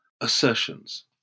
assertions